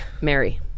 Mary